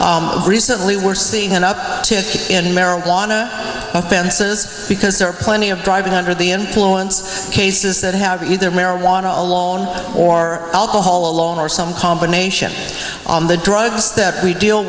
recently we're seeing an up to in marijuana offenses because there are plenty of driving under the influence cases that have either marijuana alone or alcohol alone or some combination on the drugs that we deal